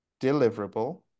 deliverable